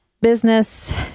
business